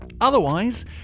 Otherwise